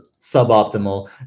suboptimal